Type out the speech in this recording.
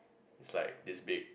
is like this big